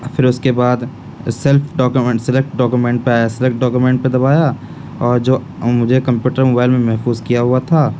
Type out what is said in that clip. پھر اس کے بعد سیلف ڈوکومینٹ سلیکٹ ڈوکومینٹ پہ آیا سلیکٹ ڈوکومینٹ پہ دبایا اور جو مجھے کمپیوٹر موبائل میں محفوظ کیا ہوا تھا